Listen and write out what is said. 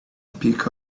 pick